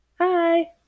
Hi